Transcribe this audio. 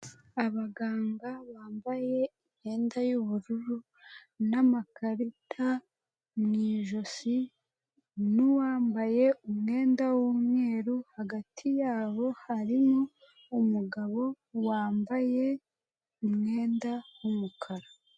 Abaganga bambaye imyenda y'ubururu, n'amakarita mu ijosi, n'uwambaye umwenda w'umweru. Hagati yabo harimo umugabo wambaye umwenda w'umukara.